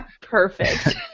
perfect